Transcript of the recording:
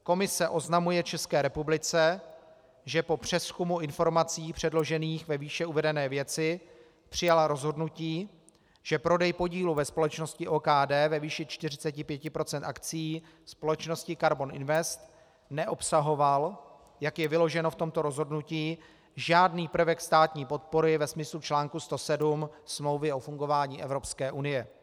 Komise oznamuje České republice, že po přezkumu informací předložených ve výše uvedené věci přijala rozhodnutí, že prodej podílu ve společnosti OKD ve výši 45 % akcií společnosti Karbon Invest neobsahoval, jak je vyloženo v tomto rozhodnutí, žádný prvek státní podpory ve smyslu čl. 107 Smlouvy o fungování Evropské unie.